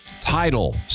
title